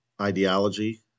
ideology